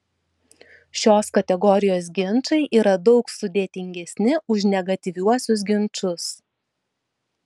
šios kategorijos ginčai yra daug sudėtingesni už negatyviuosius ginčus